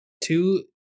Two